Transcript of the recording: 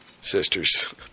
sisters